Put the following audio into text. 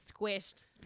squished